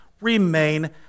remain